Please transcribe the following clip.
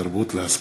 התרבות והספורט.